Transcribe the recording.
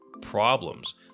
problems